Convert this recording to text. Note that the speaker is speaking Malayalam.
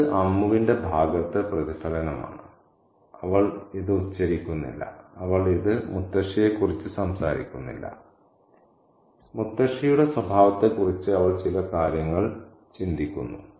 ഇത് അമ്മുവിന്റെ ഭാഗത്തെ പ്രതിഫലനമാണ് അവൾ ഇത് ഉച്ചരിക്കുന്നില്ല അവൾ ഇത് മുത്തശ്ശിയെക്കുറിച്ച് സംസാരിക്കുന്നില്ല മുത്തശ്ശിയുടെ സ്വഭാവത്തെക്കുറിച്ച് അവൾ ചില കാര്യങ്ങൾ ചിന്തിക്കുന്നു